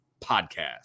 Podcast